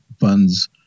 funds